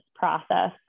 process